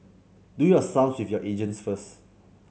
do your sums with your agent first